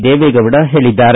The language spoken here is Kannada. ದೇವೇಗೌಡ ಹೇಳಿದ್ದಾರೆ